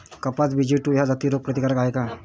कपास BG two ह्या जाती रोग प्रतिकारक हाये का?